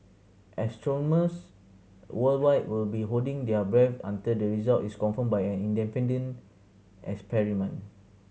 astronomers worldwide will be holding their breath until the result is confirmed by an independent experiment